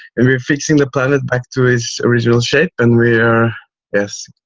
and we're fixing the planet back to it's original shape and we are, yes, i